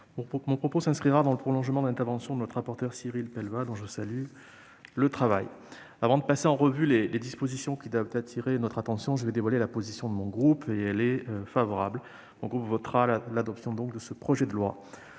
Mon propos s'inscrira dans le prolongement de celui de notre rapporteur, Cyril Pellevat, dont je salue le travail. Avant de passer en revue les dispositions qui doivent attirer notre attention, je vais dévoiler notre position : mon groupe politique votera pour l'adoption de ce projet de loi.